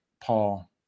paul